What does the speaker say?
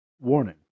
Warning